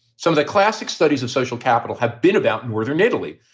some of the classic studies of social capital have been about northern italy,